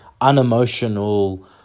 unemotional